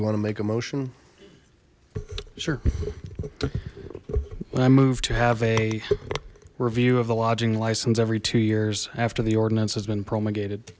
you want to make a motion sure when i moved to have a review of the lodging license every two years after the ordinance has been promulgated